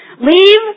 Leave